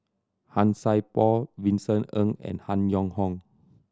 Han Sai Por Vincent Ng and Han Yong Hong